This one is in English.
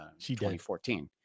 2014